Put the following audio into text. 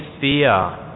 fear